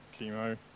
chemo